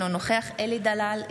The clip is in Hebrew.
אינו נוכח אלי דלל,